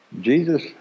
Jesus